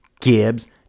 Gibbs